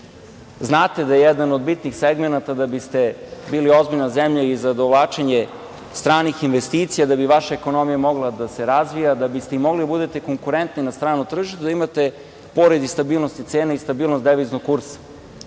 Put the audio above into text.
Znate da je jedan od bitnih segmenata da biste bili ozbiljna zemlja i za dovlačenje stranih investicija, da bi vaša ekonomija mogla da se razvija, da biste mogli da budete konkurentni na stranom tržištu, jeste da imate pored stabilnosti cena i stabilnost deviznog kursa,